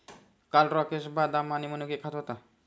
काल राकेश बदाम आणि मनुके खात होता